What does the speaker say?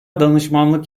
danışmanlık